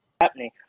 happening